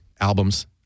albums